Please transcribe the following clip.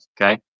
okay